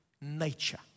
nature